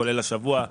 כולל השבוע,